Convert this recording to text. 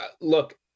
look